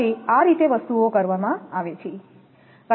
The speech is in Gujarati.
તેથી આ રીતે વસ્તુઓ કરવામાં આવે છે